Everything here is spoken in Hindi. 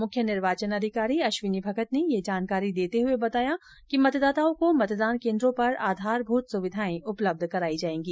मुख्य निर्वाचन अधिकारी अश्विनी भगत ने ये जानकारी देते हुए बताया कि मतदाताओं को मतदान केंद्रो पर आधारभूत सुविधाएं उपलब्ध कराई जायेगी